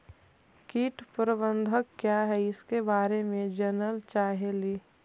कीट प्रबनदक क्या है ईसके बारे मे जनल चाहेली?